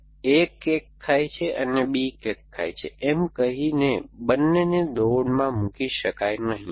તેથી a cake ખાય છે અને b કેક ખાય છે એમ કહીને બંનેને દોડમાં મૂકી શકાય નહીં